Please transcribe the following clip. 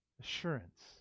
assurance